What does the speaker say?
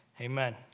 Amen